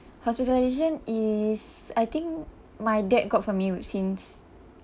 hospitalization is I think my dad got for me w~ since